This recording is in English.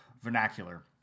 vernacular